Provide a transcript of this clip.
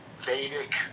Vedic